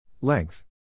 Length